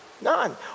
none